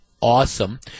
awesome